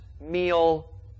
meal